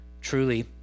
Truly